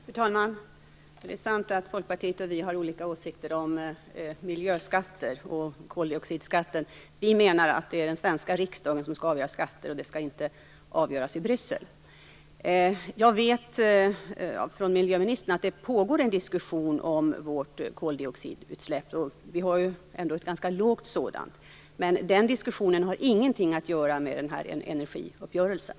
Fru talman! Det är sant att Folkpartiet och vi har olika åsikter om miljöskatter och koldioxidskatten. Vi menar att det är den svenska riksdagen som skall avgöra skatter och att det inte skall avgöras i Bryssel. Jag har av miljöministern fått veta att det pågår en diskussion om vårt koldioxidutsläpp. Vi har ju ändå ett ganska lågt sådant. Men den diskussionen har ingenting att göra med energiuppgörelsen.